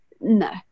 no